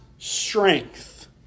strength